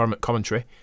commentary